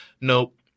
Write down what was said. Nope